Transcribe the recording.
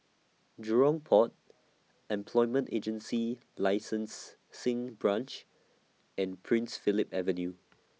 Jurong Port Employment Agency Licensing Branch and Prince Philip Avenue